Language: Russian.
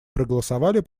проголосовали